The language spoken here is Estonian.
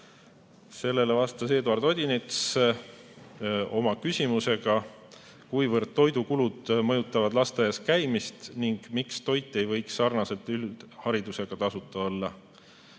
Sellele vastas Eduard Odinets oma küsimusega, kuivõrd toidukulud mõjutavad lasteaias käimist ning miks toit ei võiks tasuta olla,